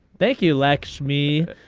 thank you laxmi.